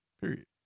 Period